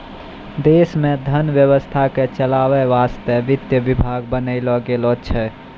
देश मे धन व्यवस्था के चलावै वासतै वित्त विभाग बनैलो गेलो छै